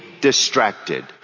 distracted